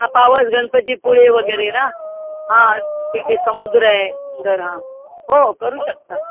हां पावस गणपतीपुळे वगैरे ना हां तिथे समुद्र आहे सुंदर हां हो करू शकता